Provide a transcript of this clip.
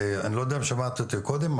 אני לא יודע אם שמעת אותי קודם,